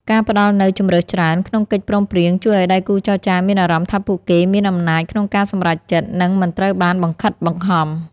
ការផ្តល់នូវ "ជម្រើសច្រើន" ក្នុងកិច្ចព្រមព្រៀង ជួយឱ្យដៃគូចរចាមានអារម្មណ៍ថាពួកគេមានអំណាចក្នុងការសម្រេចចិត្ត និងមិនត្រូវបានបង្ខិតបង្ខំ។